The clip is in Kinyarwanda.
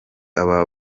aba